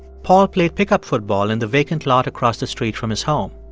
paul played pickup football in the vacant lot across the street from his home.